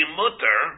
mutter